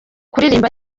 kuririmba